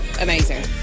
amazing